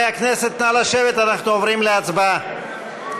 אנחנו עוברים להצבעה.